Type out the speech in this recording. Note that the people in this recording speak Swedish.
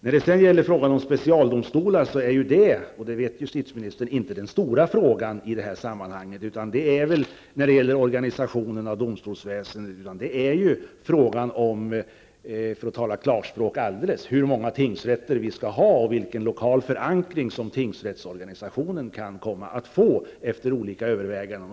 När det gäller frågan om specialdomstolarna är inte den -- det vet ju justitieministern -- den stora frågan när det gäller organisationen av domstolsväsendet, utan det är, för att tala klarspråk, hur många tingsrätter vi skall ha och vilken lokal förankring tingsrättsorganisationen i fortsättningen kan komma att få efter olika överväganden.